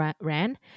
ran